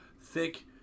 thick